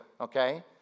okay